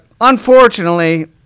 unfortunately